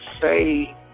say